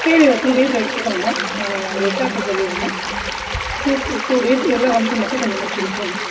சரி ஒரு two days எடுத்துக்கங்க நான் அவர் ஹெச்ஆர்ட்டே சொல்லிடுறேன் டூ ஒரு டூ டேஸில் வந்து மட்டும் கொஞ்சம் முடித்து கொடுத்துருங்க